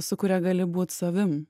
su kuria gali būti savim